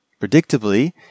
Predictably